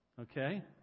Okay